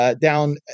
down